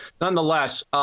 nonetheless